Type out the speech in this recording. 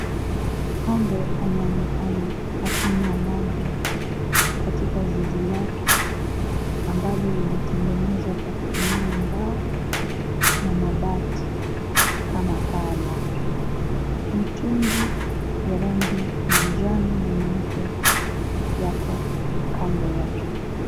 Ng'ombe anaonekana akinywa maji katika zizi lake ambalo limetengenezwa kwa kutumia mbao na mabati kama paa lake. Mitungi ya rangi ya manjano na nyeupe yako kando yake.